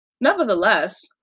Nevertheless